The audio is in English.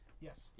Yes